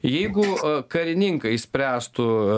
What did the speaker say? jeigu karininkai spręstų